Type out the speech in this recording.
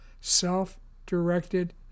self-directed